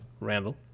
Randall